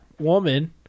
woman